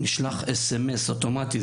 נשלח SMS אוטומטית,